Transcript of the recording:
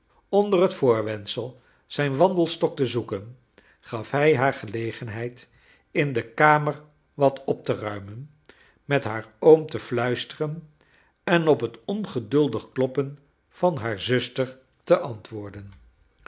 onder het voorwendsel zijn wandelstok te zoeken gaf hij haar gelegenheid in de kamer wat op te ruimen met haar oom te fluisteren en op het ongeduldig kloppen van haar zuster te ant